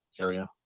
Area